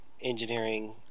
engineering